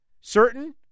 certain